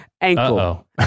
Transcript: Ankle